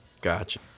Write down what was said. Gotcha